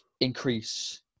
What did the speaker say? increase